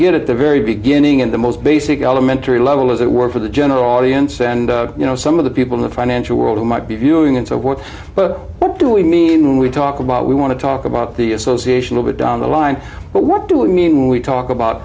begin at the very beginning in the most basic elementary level as it were for the general audience and you know some of the people in the financial world who might be viewing and so forth but what do we mean when we talk about we want to talk about the association of it down the line but what do we mean when we talk about